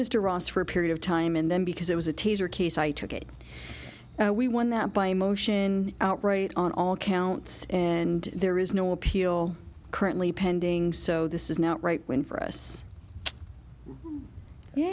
mr ross for a period of time and then because it was a taser case i took it we won that by motion outright on all counts and there is no appeal currently pending so this is not right when for us